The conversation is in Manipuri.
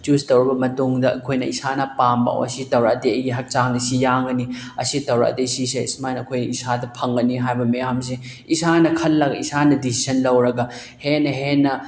ꯆꯨꯁ ꯇꯧꯔꯕ ꯃꯇꯨꯡꯗ ꯑꯩꯈꯣꯏꯅ ꯏꯁꯥꯅ ꯄꯥꯝꯕ ꯑꯣ ꯁꯤ ꯇꯧꯔꯛꯑꯗꯤ ꯑꯩꯒꯤ ꯍꯛꯆꯥꯡꯗ ꯁꯤ ꯌꯥꯒꯅꯤ ꯑꯁꯤ ꯇꯧꯔꯛ ꯑꯗꯤ ꯁꯤꯁꯦ ꯁꯨꯃꯥꯏꯅ ꯑꯩꯈꯣꯏ ꯏꯁꯥꯗ ꯐꯪꯒꯅꯤ ꯍꯥꯏꯕ ꯃꯌꯥꯝꯁꯤ ꯏꯁꯥꯅ ꯈꯜꯂꯒ ꯏꯁꯥꯅ ꯗꯤꯁꯤꯖꯟ ꯂꯧꯔꯒ ꯍꯦꯟꯅ ꯍꯦꯟꯅ